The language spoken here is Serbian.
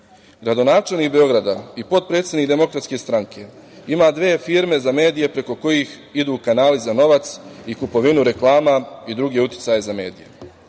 Gradonačelnik Beograda i potpredsednik DS ima dve firme za medije preko kojih idu kanali za novac i kupovinu reklama i drugih uticaja za medije“.